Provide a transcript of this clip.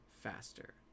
faster